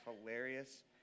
hilarious